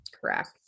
Correct